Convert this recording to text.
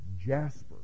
jasper